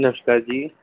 ਨਮਸਕਾਰ ਜੀ